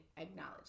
acknowledge